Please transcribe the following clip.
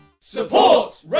Support